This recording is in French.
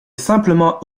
simplement